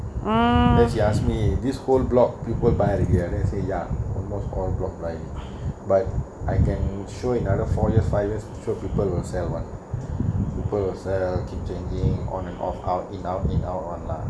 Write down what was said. then she ask me this whole block people buy ready ah say ya almost all block line but I can sure in other four years five years sure people will sell [one] people will sell keep changing on and off out in out in out one lah